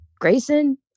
grayson